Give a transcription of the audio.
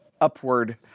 upward